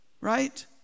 Right